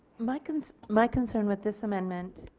my concern my concern with this amendment